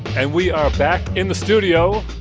and we are back in the studio